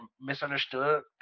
misunderstood